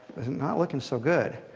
not looking so good.